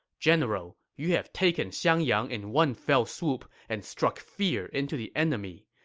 general, you have taken xiangyang in one fell swoop and struck fear into the enemy,